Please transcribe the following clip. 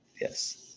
Yes